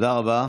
תודה רבה.